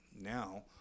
Now